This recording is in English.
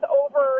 over